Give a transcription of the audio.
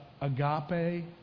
agape